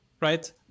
right